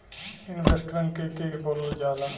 Investment के के बोलल जा ला?